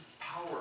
power